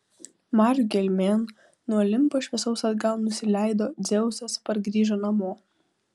marių gelmėn nuo olimpo šviesaus atgal nusileido dzeusas pargrįžo namo